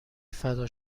فدا